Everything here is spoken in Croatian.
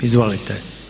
Izvolite.